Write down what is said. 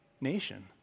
nation